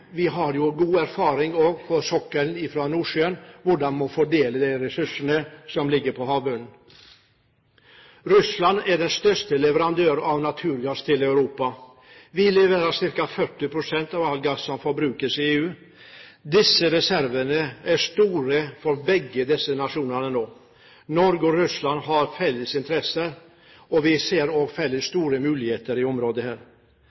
ligger på havbunnen. Russland er den største leverandøren av naturgass til Europa. Vi leverer ca. 40 pst. av all gass som forbrukes i EU. Reservene er store for begge disse nasjonene nå. Norge og Russland har felles interesser, og vi ser også store felles muligheter i dette området.